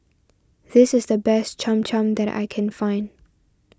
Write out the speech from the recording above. this is the best Cham Cham that I can find